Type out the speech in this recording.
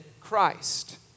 Christ